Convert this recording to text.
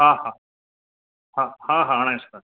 हा हा हा हा हाणे